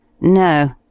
No